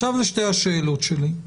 לשתי השאלות שלי.